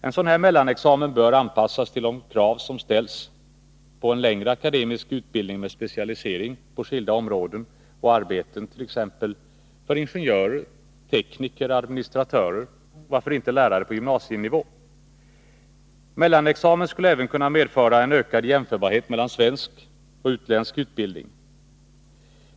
En sådan examen bör anpassas till de krav som ställs på en längre akademisk utbildning med specialisering på skilda områden och för arbeten som t.ex. ingenjörer, tekniker, administratörer och varför inte lärare på gymnasienivå. Mellanexamen skulle även kunna medföra en ökad jämförbarhet mellan svensk och utländsk utbildning.